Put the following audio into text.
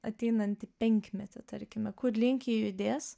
ateinantį penkmetį tarkime kur link judės